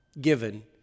given